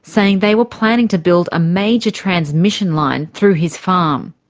saying they were planning to build a major transmission line through his farm.